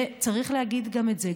וצריך להגיד גם את זה,